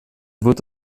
wird